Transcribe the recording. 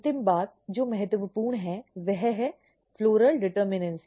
अंतिम बात जो महत्वपूर्ण है वह है फ़्लॉरल डिटर्मिनसी